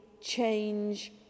change